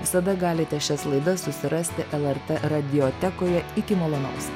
visada galite šias laidas susirasti lrt radiotekoje iki malonaus